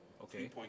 Okay